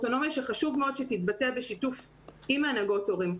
אוטונומיה שחשוב מאוד שתתבטא בשיתוף עם הנהגות ההורים,